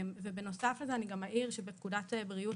בנוסף לזה אני גם אעיר שבפקודת בריאות